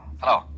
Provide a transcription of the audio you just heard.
Hello